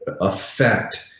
affect